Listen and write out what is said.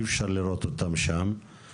אי אפשר לראות אותם שם.